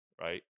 right